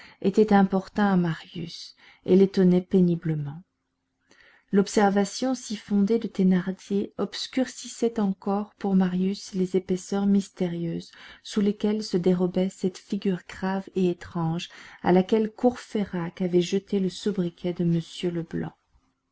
était importun à marius et l'étonnait péniblement l'observation si fondée de thénardier obscurcissait encore pour marius les épaisseurs mystérieuses sous lesquelles se dérobait cette figure grave et étrange à laquelle courfeyrac avait jeté le sobriquet de monsieur leblanc